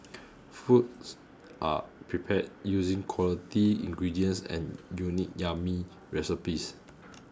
foods are prepared using quality ingredients and unique yummy recipes